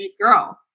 girl